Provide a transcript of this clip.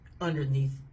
underneath